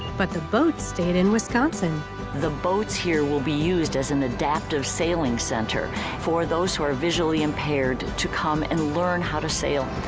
but the boats stayed in wisconsin. karla the boats here will be used as an adaptive sailing center for those who are visually impaired to come and learn how to sail.